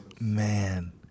Man